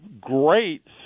great